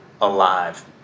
alive